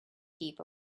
heap